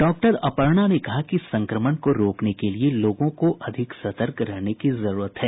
doctor Aparna ने कहा कि संक्रमण को रोकने के लिए लोगों को अधिक सतर्क रहने की जरूरत है